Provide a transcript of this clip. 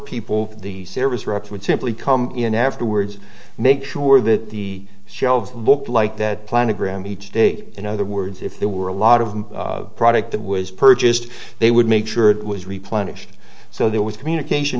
people the service reps would simply come in afterwards make sure that the shelves looked like that plan a gram each day in other words if there were a lot of product that was purchased they would make sure it was replenished so there was communication